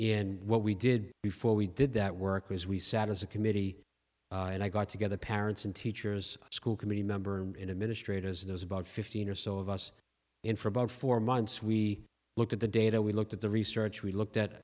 in what we did before we did that work was we sat as a committee and i got together parents and teachers school committee member and administrators it was about fifteen or so of us in for about four months we looked at the data we looked at the research we looked at